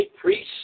priests